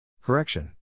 Correction